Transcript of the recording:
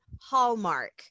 hallmark